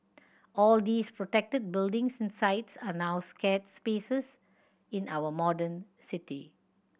all these protected buildings and sites are our sacred spaces in our modern city